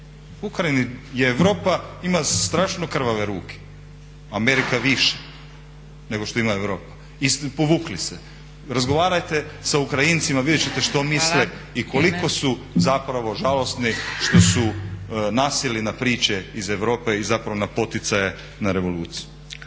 na cjedilu. Europa ima strašno krvave ruke, Amerika više nego što ima Europa i povukli ste. Razgovarajte sa Ukrajincima, vidjet ćete što misle i koliko su zapravo žalosni što su nasjeli na priče iz Europe i zapravo na poticaje na revoluciju.